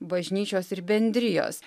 bažnyčios ir bendrijos